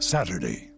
Saturday